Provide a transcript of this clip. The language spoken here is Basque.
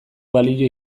balio